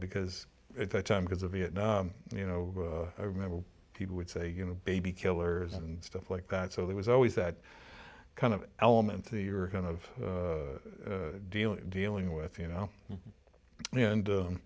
because at that time because of vietnam you know i remember people would say you know baby killers and stuff like that so there was always that kind of element to your kind of dealing dealing with you know and